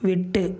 விட்டு